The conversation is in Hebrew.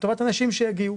זאת אומרת אנשים שיגיעו.